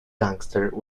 gangster